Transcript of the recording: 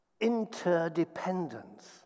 interdependence